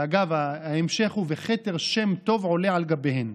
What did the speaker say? ואגב, ההמשך הוא: וכתר שם טוב עולה על גביהם.